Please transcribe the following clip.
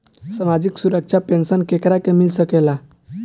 सामाजिक सुरक्षा पेंसन केकरा के मिल सकेला?